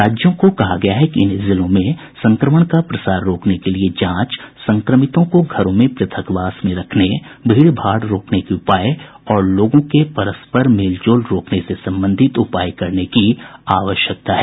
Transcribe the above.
राज्यों को कहा गया है कि इन जिलो में संक्रमण का प्रसार रोकने के लिए जांच संक्रमितों को घरों में पृथकवास में रखने भीड़ भाड़ रोकने के उपाय और लोगों के परस्पर मेल जोल रोकने से संबंधित उपाय करने की आवश्यकता है